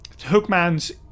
Hookman's